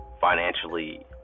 financially